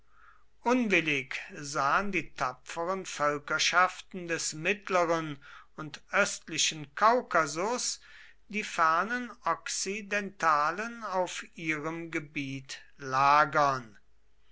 unwillig sahen die tapferen völkerschaften des mittleren und östlichen kaukasus die fernen okzidentalen auf ihrem gebiet lagern